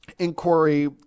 Inquiry